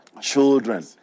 children